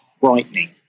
frightening